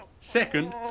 Second